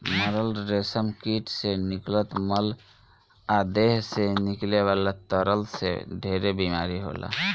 मरल रेशम कीट से निकलत मल आ देह से निकले वाला तरल से ढेरे बीमारी होला